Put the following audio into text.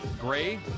gray